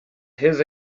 his